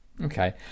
Okay